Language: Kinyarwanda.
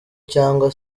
cyangwa